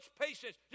patience